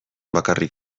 bakarrik